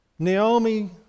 Naomi